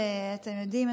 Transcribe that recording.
אתם יודעים,